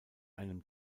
einem